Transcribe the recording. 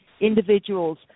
individuals